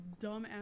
dumbass